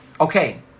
Okay